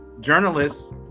journalists